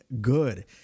good